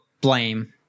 blame